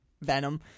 Venom